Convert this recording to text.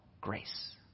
Grace